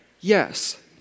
Yes